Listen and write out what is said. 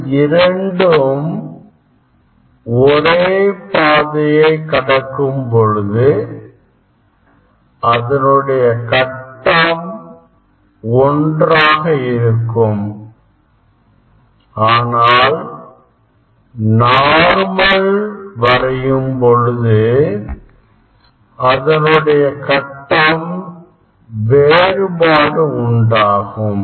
அவை இரண்டும் ஒரே பாதையை கடக்கும் பொழுது அதனுடைய கட்டம் ஒன்றாக இருக்கும் ஆனால் நார்மல் வரையும் பொழுது அதனுடைய கட்டம் வேறுபாடு உண்டாகும்